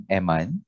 Eman